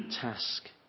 task